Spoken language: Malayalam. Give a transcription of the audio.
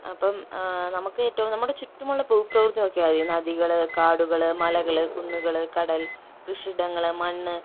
അപ്പോൾ നമുക്കേറ്റവും നമ്മുടെ ചുറ്റുമുള്ള ഭൂപ്രകൃതി നോക്കിയാൽ മതി നദികള് കാടുകള് മലകള് കുന്നുകള് കടൽ കൃഷിയിടങ്ങള് മണ്ണ്